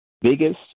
biggest